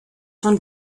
von